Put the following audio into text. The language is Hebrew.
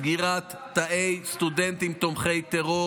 סגירת תאי סטודנטים תומכי טרור,